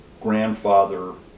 grandfather